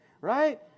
right